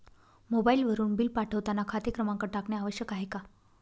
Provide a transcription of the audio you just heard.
मोबाईलवरून बिल पाठवताना खाते क्रमांक टाकणे आवश्यक आहे का?